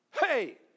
Hey